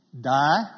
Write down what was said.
Die